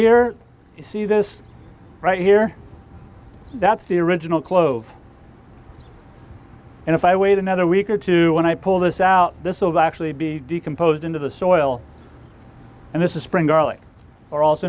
here you see this right here that's the original clove and if i wait another week or two when i pull this out this will actually be decomposed into the soil and this is spring garlic or also